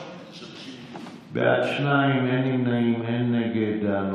בעד שניים, אין נמנעים, אין מתנגדים.